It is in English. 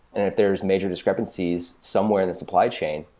and if there's major discrepancies somewhere in the supply chain,